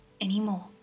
anymore